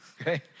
okay